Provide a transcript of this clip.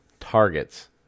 Targets